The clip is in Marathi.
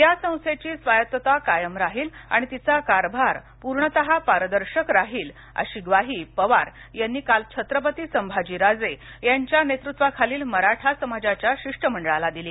या संस्थेची स्वायत्तता कायम राहील आणि तिचा कारभार पुर्णतः पारदर्शक राहील अशी ग्वाही पवार यांनी काल छत्रपती संभाजीराजे यांच्या नेतृत्वाखालील मराठा समाजाच्या शिष्टमंडळाला दिली